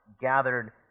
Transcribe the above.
gathered